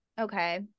okay